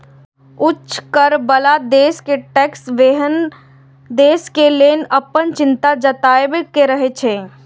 उच्च कर बला देश टैक्स हेवन देश कें लए कें अपन चिंता जताबैत रहै छै